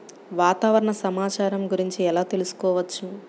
వాతావరణ సమాచారం గురించి ఎలా తెలుసుకోవచ్చు?